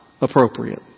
appropriate